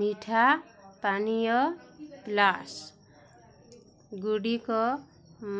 ମିଠା ପାନୀୟ ଫ୍ଲାସ୍କ୍ଗୁଡ଼ିକ